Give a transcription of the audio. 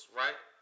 right